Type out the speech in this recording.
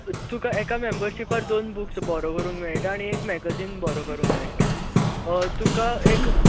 तुका एका मेमबरशिपार दोन बुक्स बोरो करूंक मेळटा आनी एक मेगझीन बोरो करूंक मेळटा तुका एक